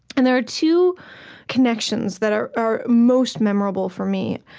and there are two connections that are are most memorable for me.